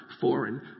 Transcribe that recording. foreign